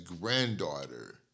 granddaughter